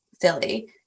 Philly